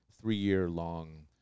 three-year-long